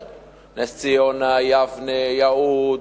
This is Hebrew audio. נס-ציונה, יבנה, יהוד,